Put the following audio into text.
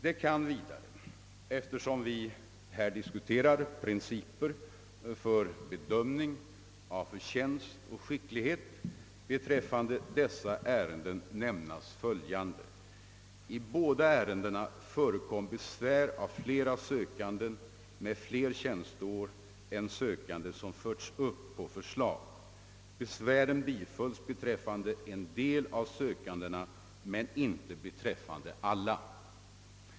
Och eftersom vi diskuterar principer för bedömning av förtjänst och skicklighet kan det vi dare beträffande dessa ärenden nämnas följande: I båda ärendena förekom besvär av flera sökande med fler tjänsteår än den sökande som förts upp på förslag. Besvären bifölls beträffande en del av sökandena men inte alla.